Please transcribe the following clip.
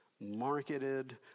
marketed